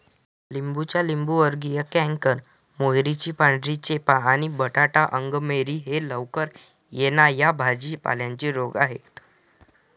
लिंबाचा लिंबूवर्गीय कॅन्कर, मोहरीची पांढरी चेपा आणि बटाटा अंगमेरी हे लवकर येणा या भाजी पाल्यांचे रोग आहेत